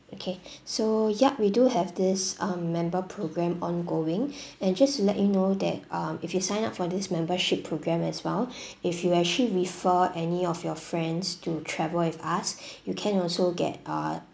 okay so yup we do have this um member program ongoing and just to let you know that um if you sign up for this membership program as well if you actually refer any of your friends to travel with us you can also get uh